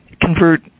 convert